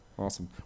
Awesome